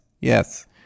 yes